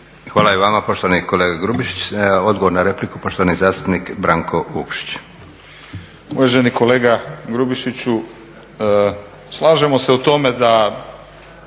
Hvala i vama poštovani kolega Grubišić. Odgovor na repliku poštovani zastupnik Branko Vukšić.